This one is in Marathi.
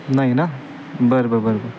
नाही ना बरं बरं बरं बरं